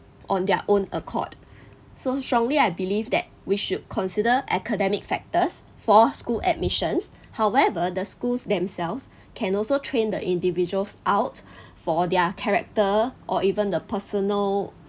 on their own accord so strongly I believe that we should consider academic factors for school admissions however the schools themselves can also train the individuals out for their character or even the personal